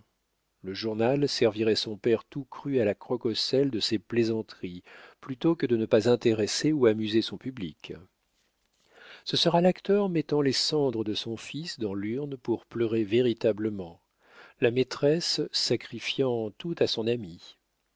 le journal servirait son père tout cru à la croque au sel de ses plaisanteries plutôt que de ne pas intéresser ou amuser son public ce sera l'acteur mettant les cendres de son fils dans l'urne pour pleurer véritablement la maîtresse sacrifiant tout à son ami